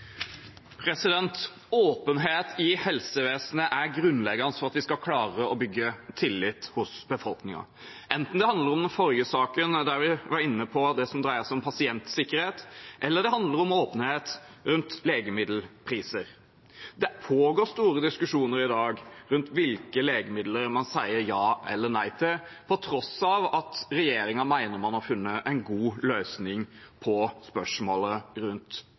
grunnleggende for at vi skal klare å bygge tillit hos befolkningen, enten det handler om den forrige saken, der vi var inne på det som dreier seg om pasientsikkerhet, eller det handler om åpenhet rundt legemiddelpriser. Det pågår store diskusjoner i dag rundt hvilke legemidler man sier ja eller nei til, på tross av at regjeringen mener man har funnet en god løsning på spørsmålet rundt